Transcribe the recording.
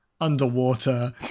underwater